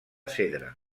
cedre